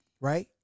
right